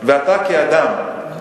ואתה כאדם,